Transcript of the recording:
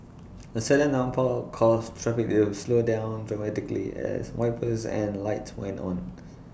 the sudden downpour caused traffic to slow down dramatically as wipers and lights went on